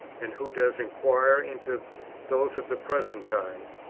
and who does inquire into those of the present time,